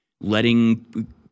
Letting